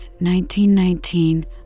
1919